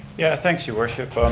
yeah, thanks your worship.